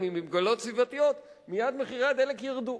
ממגבלות סביבתיות מייד מחירי הדלק ירדו.